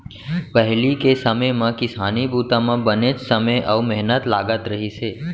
पहिली के समे म किसानी बूता म बनेच समे अउ मेहनत लागत रहिस हे